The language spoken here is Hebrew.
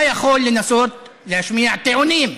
אתה יכול לנסות להשמיע טיעונים.